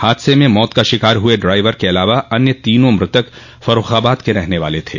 हादसे मं मौत का शिकार हुए ड्राइवर के अलावा अन्य तोनों मृतक फर्रूखाबाद के रहने वाले थे